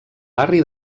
barri